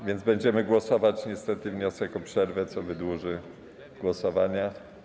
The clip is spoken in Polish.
A więc będziemy głosować niestety wniosek o przerwę, co wydłuży głosowania.